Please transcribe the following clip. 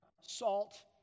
salt